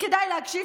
כדאי להקשיב,